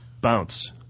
Bounce